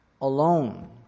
alone